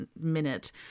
minute